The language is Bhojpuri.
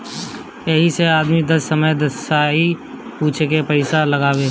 यही से आदमी दस दहाई पूछे के पइसा लगावे